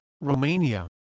Romania